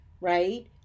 right